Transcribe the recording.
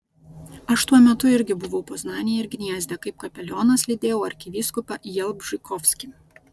aš tuo metu irgi buvau poznanėje ir gniezne kaip kapelionas lydėjau arkivyskupą jalbžykovskį